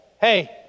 hey